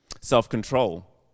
self-control